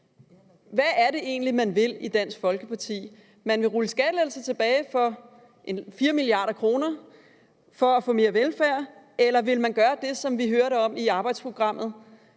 Hvad er det egentlig, man vil i Dansk Folkeparti? Vil man rulle skattelettelser tilbage for 4 mia. kr. for at få mere velfærd, eller vil man gøre det, som vi hørte om i arbejdsprogrammet,